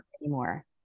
anymore